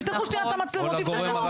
יפתחו שנייה את המצלמות, יבדקו.